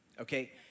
okay